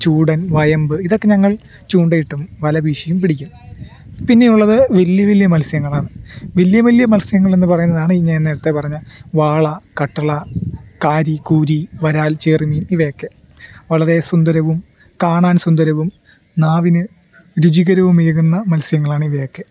ചൂടൻ വയമ്പ് ഇതൊക്കെ ഞങ്ങൾ ചൂണ്ടയിട്ടും വലവീശിയും പിടിക്കും പിന്നെയുള്ളത് വലിയ വലിയ മത്സ്യങ്ങളാണ് വലിയ വലിയ മത്സ്യങ്ങൾ എന്നു പറയുന്നതാണ് ഞാൻ നേരത്തെ പറഞ്ഞ വാള കട്ടള കാരി കൂരി വരാൽ ചെറുമീന് ഇവയൊക്കെ വളരെ സുന്ദരവും കാണാൻ സുന്ദരവും നാവിന് രുചികരവും ഏകുന്ന മത്സ്യങ്ങളാണ് ഇവയൊക്കെ